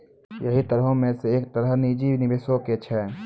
यहि तरहो मे से एक तरह निजी निबेशो के छै